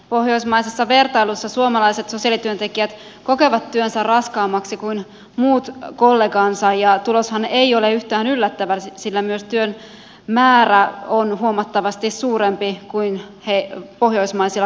pohjoismaisessa vertailussa suomalaiset sosiaalityöntekijät kokevat työnsä raskaammaksi kuin muut kollegansa ja tuloshan ei ole yhtään yllättävä sillä myös työn määrä on huomattavasti suurempi kuin heidän pohjoismaisilla kollegoillaan